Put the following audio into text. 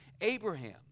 Abraham